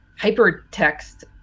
hypertext